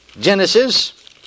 Genesis